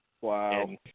Wow